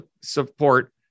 support